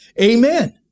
Amen